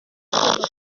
agomba